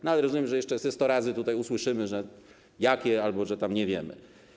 Ale, jak rozumiem, jeszcze ze sto razy tutaj usłyszymy, że jakie albo że tam nie wiemy.